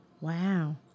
Wow